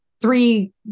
three